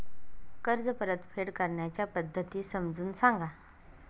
कर्ज परतफेड करण्याच्या पद्धती समजून सांगा